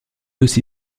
aussi